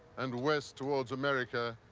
and west towards america,